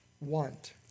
want